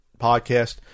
podcast